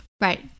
Right